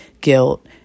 guilt